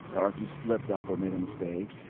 or if you slipped up or made a mistake.